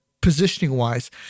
positioning-wise